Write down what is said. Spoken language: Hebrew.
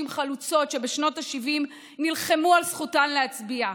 חלוצות שבשנות השבעים נלחמו על זכותן להצביע,